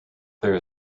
there